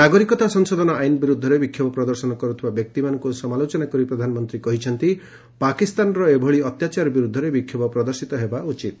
ନାଗରିକତା ସଂଶୋଧନ ଆଇନ୍ ବିରୁଦ୍ଧରେ ବିକ୍ଷୋଭ ପ୍ରଦର୍ଶନ କରୁଥିବା ବ୍ୟକ୍ତିମାନଙ୍କୁ ସମାଲୋଚନା କରି ପ୍ରଧାନମନ୍ତ୍ରୀ କହିଛନ୍ତି ପାକିସ୍ତାନର ଏଭଳି ଅତ୍ୟାଚାର ବିରୁଦ୍ଧରେ ବିକ୍ଷୋଭ ପ୍ରଦର୍ଶିତ ହେବା ଉଚିତ୍